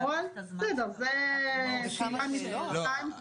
(אומרת דברים בשפת הסימנים, להלן תרגומם.